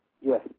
Yes